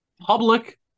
public